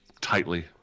tightly